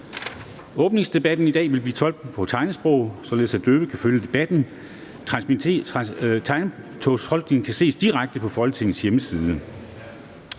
Åbningsdebatten i dag vil blive tolket på tegnsprog, således at døve kan følge debatten. Tegnsprogstolkningen kan ses direkte på Folketingets hjemmeside.